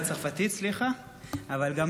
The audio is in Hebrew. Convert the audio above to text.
למה